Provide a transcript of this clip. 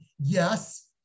yes